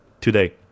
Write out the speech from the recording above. today